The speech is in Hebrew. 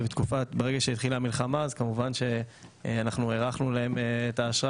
וברגע שהתחילה המלחמה כמובן שהארכנו להם את האשרה